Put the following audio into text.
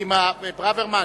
השר ברוורמן,